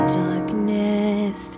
darkness